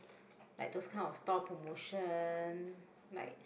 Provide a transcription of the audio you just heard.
like those kind of store promotion like